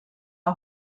缓慢